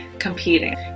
Competing